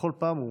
בכל פעם הוא